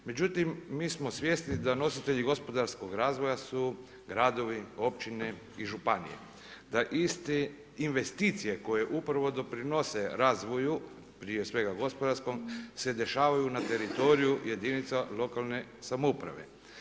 Međutim, mi smo svjesni da nositelji gospodarskog razvoja su gradovi, općine i županije, da iste investicije koje upravo doprinose razvoju prije svega gospodarskom se dešavaju na teritoriju jedinica lokalne samouprave.